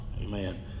amen